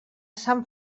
sant